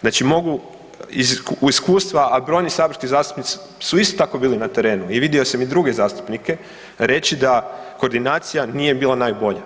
Znači mogu iz iskustva, a brojni saborski zastupnici su isto tako bili na terenu i vidio sam i druge zastupnike, reći da koordinacija nije bila najbolja,